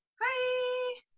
Hi